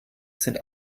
sind